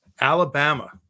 Alabama